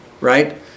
right